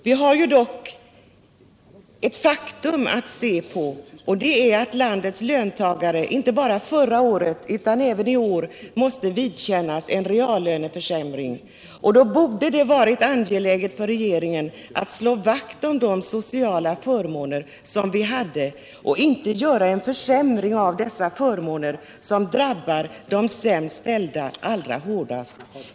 Vi har dock ett faktum att se på, och det är att landets löntagare inte bara förra året utan även i år måste vidkännas en reallöneförsämring. Det borde därför ha varit angeläget för regeringen att slå vakt om de sociala förmåner som vi hade och inte försämra dessa förmåner, vilket drabbar de sämst ställda allra hårdast.